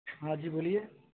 ہاں جی بولیے